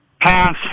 pass